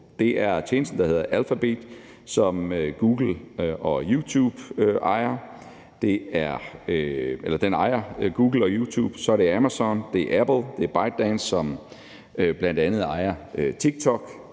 Det er tjenesten, der hedder Alphabet, som ejer Google og YouTube. Så er det Amazon. Det er Apple. Det er ByteDance, som bl.a. ejer TikTok.